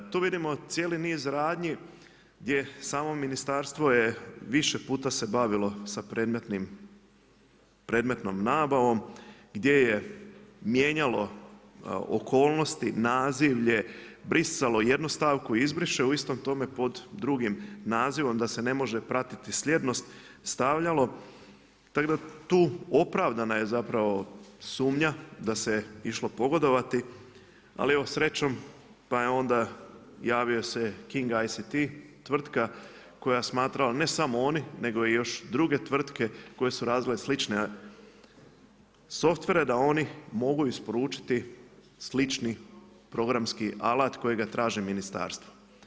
Tu vidimo cijeli niz radnji gdje samo Ministarstvo je više puta se bavilo sa predmetnom nabavom, gdje je mijenjalo okolnosti, nazivlje, brisalo jednu stavku izbriše u istom tom pod drugim nazivom da se ne može pratiti sljednost, stavljalo, tako da tu je opravdana zapravo sumnja da se išlo pogodovati, ali evo srećom pa je onda javio se KING ICT, tvrtka koja je smatrala, ne samo oni, nego još i druge tvrtke koje su radile slične softvere da oni mogu isporučiti slični programski alat kojega traži Ministarstvo.